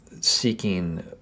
seeking